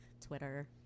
Twitter